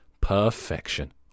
Perfection